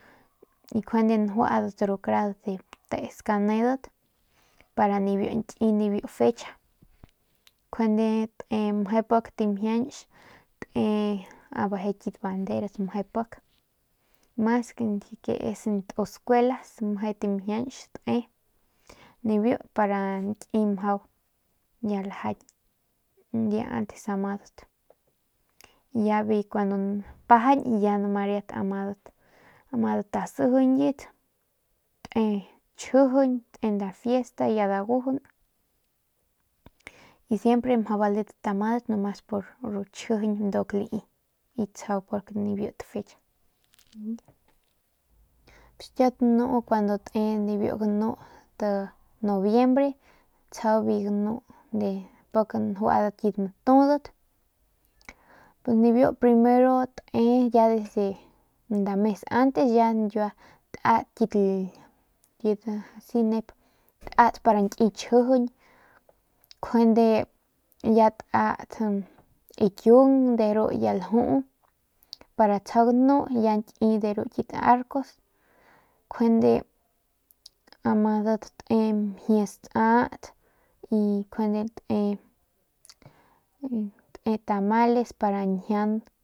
Y njuade njuadat de teesku nedat para nki nibiu fecha njuande te nibiu tamjianch te beje kit banderas meje pik amadat mas ke es ntus skuela meje tamjianch te nibiu para nki mjau ya lajan ya antes amadat ya bi kuandu pajañ ya riat madat sijiñat te chjijiñ te nda fiesta ya dagujun y siempre mjau baledat madat nomas por ru chijijiñ nduk lai y tsjau pik nibiu t fecha pus kiau tanu kuandu te nibiu ganu tnobiembre tsjau biu ganu pik njuadat kit batudat pus nibiu primero te ya desde nda mes antes ya nyiua tat kit asi tat pa nki tchjijiñ njuende ya tat kiung de ru ya ljuu para tsjau ganu ya nki ru arcos njuande de amadat te mjie stat y y njuandete tamales para ñjiaung.